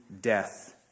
death